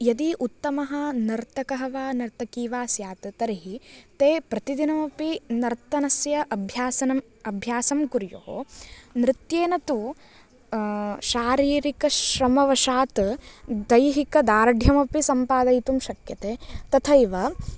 यदि उत्तमः नर्तकः वा नर्तकी वा स्यात् तर्हि ते प्रतिदिनमपि नर्तनस्य अभ्यासनम् अभ्यासं कुर्युः नृत्येन तु शारीरिकश्रमवशात् दैहिकदार्ढ्यम् अपि सम्पादयितुं शक्यते तथैव